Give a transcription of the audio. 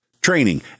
training